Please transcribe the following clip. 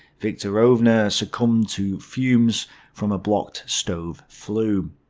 viktorovna succumbed to fumes from a blocked stove flue.